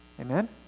amen